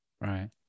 Right